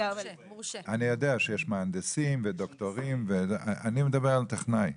אני יודע שיש מהנדסים וד"ר, אני מדבר על טכנאי.